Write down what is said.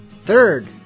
Third